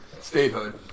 statehood